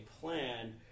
plan